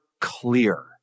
clear